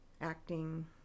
acting